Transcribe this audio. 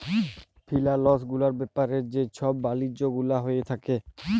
ফিলালস গুলার ব্যাপারে যে ছব বালিজ্য গুলা হঁয়ে থ্যাকে